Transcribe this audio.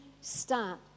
start